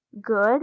good